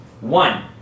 One